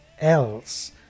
else